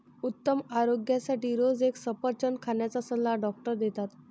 उत्तम आरोग्यासाठी रोज एक सफरचंद खाण्याचा सल्ला डॉक्टर देतात